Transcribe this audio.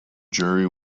jury